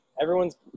everyone's